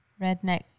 Redneck